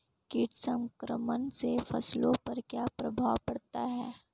कीट संक्रमण से फसलों पर क्या प्रभाव पड़ता है?